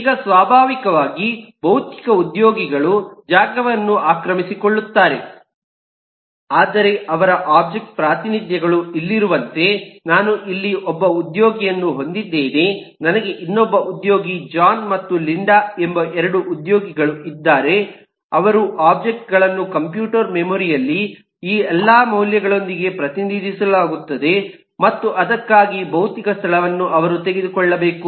ಈಗ ಸ್ವಾಭಾವಿಕವಾಗಿ ಭೌತಿಕ ಉದ್ಯೋಗಿಗಳು ಜಾಗವನ್ನು ಆಕ್ರಮಿಸಿಕೊಳ್ಳುತ್ತಾರೆ ಆದರೆ ಅವರ ಒಬ್ಜೆಕ್ಟ್ ಪ್ರಾತಿನಿಧ್ಯಗಳು ಇಲ್ಲಿರುವಂತೆ ನಾನು ಇಲ್ಲಿ ಒಬ್ಬ ಉದ್ಯೋಗಿಯನ್ನು ಹೊಂದಿದ್ದೇನೆ ನನಗೆ ಇನ್ನೊಬ್ಬ ಉದ್ಯೋಗಿ ಜಾನ್ ಮತ್ತು ಲಿಂಡಾ ಎಂಬ 2 ಉದ್ಯೋಗಿಗಳು ಇದ್ದಾರೆ ಅವರ ಒಬ್ಜೆಕ್ಟ್ ಗಳನ್ನು ಕಂಪ್ಯೂಟರ್ ಮೆಮೊರಿ ಯಲ್ಲಿ ಈ ಎಲ್ಲಾ ಮೌಲ್ಯಗಳೊಂದಿಗೆ ಪ್ರತಿನಿಧಿಸಲಾಗುತ್ತದೆ ಮತ್ತು ಅದಕ್ಕಾಗಿ ಭೌತಿಕ ಸ್ಥಳವನ್ನು ಅವರು ತೆಗೆದುಕೊಳ್ಳಬೇಕು